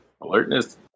alertness